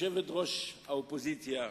יושבת-ראש האופוזיציה,